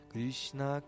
Krishna